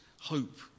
hope